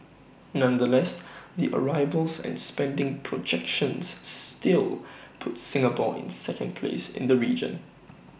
nonetheless the arrivals and spending projections still put Singapore in second place in the region